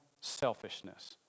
selfishness